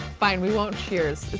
fine, we won't cheers.